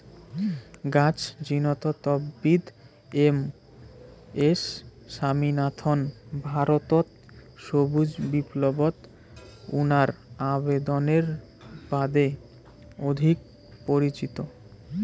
গছ জিনতত্ত্ববিদ M S Swaminathan ভারতত সবুজ বিপ্লবত উনার অবদানের বাদে অধিক পরিচিত